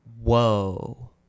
Whoa